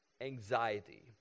anxiety